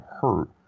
hurt